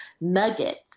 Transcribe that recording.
nuggets